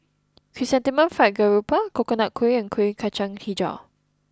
Chrysanthemum Fried Garoupa Coconut Kuih and Kueh Kacang HiJau